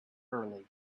early